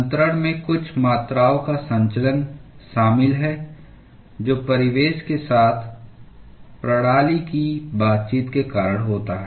अन्तरण में कुछ मात्राओं का संचलन शामिल है जो परिवेश के साथ प्रणाली की बातचीत के कारण होता है